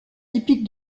typique